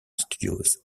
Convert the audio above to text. studios